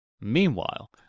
Meanwhile